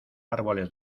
árboles